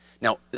Now